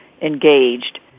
engaged